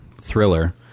thriller